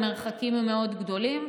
והמרחקים הם מאוד גדולים.